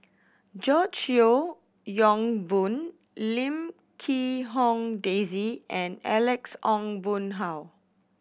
George Yeo Yong Boon Lim Quee Hong Daisy and Alex Ong Boon Hau